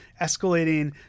escalating